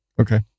Okay